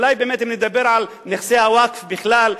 אולי באמת אם נדבר על נכסי הווקף בכלל,